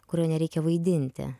kurio nereikia vaidinti